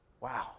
Wow